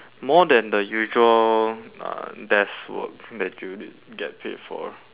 more than the usual uh desk work that you get paid for